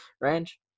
range